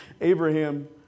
Abraham